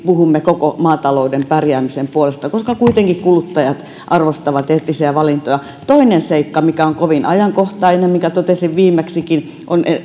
puhumme koko maatalouden pärjäämisen puolesta koska kuitenkin kuluttajat arvostavat eettisiä valintoja toinen seikka mikä on kovin ajankohtainen ja minkä totesin viimeksikin on